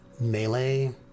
melee